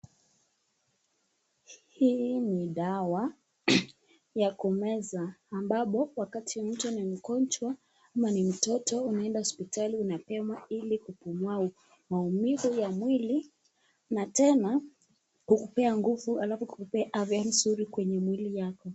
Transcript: Hii ni dawa ya kumeza ambapo mtu ni mgonjwa ama ni mtoto anaenda hosiptali unapimwa ili kupungua maumivu ya mwili na tena kukupea nguvu halafu kukupea afya nzuri kwenye mwili yako.